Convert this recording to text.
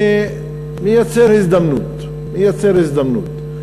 זה מייצר הזדמנות, זה יוצר הזדמנות.